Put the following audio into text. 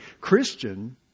Christian